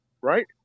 right